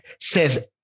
says